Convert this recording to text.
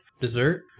dessert